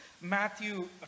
Matthew